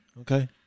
Okay